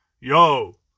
yo